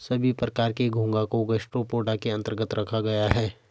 सभी प्रकार के घोंघा को गैस्ट्रोपोडा के अन्तर्गत रखा गया है